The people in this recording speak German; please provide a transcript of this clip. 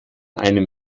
einem